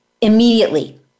immediately